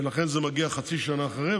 ולכן זה מגיע חצי שנה אחרי.